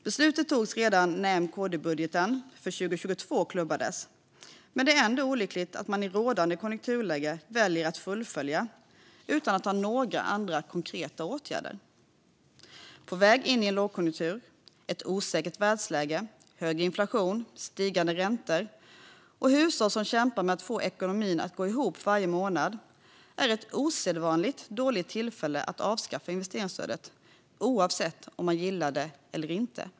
Beslutet togs redan när M-KD-budgeten för 2022 klubbades, men det är ändå olyckligt att man i rådande konjunkturläge väljer att fullfölja utan att ha några andra konkreta åtgärder. Ett läge där vi är på väg in i en lågkonjunktur med ett osäkert världsläge, hög inflation, stigande räntor och hushåll som kämpar med att få ekonomin att gå ihop varje månad är ett osedvanlig dåligt tillfälle att avskaffa investeringsstödet, oavsett om man gillar det eller inte.